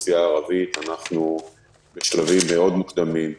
שלצד הדבר הזה אנחנו נותנים גם סיוע